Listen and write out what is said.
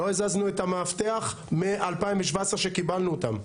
לא הזזנו את המאבטח מ-2017 כשקיבלנו אותם.